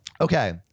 Okay